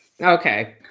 Okay